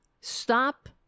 Stop